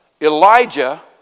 Elijah